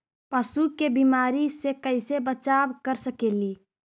पशु के बीमारी से कैसे बचाब कर सेकेली?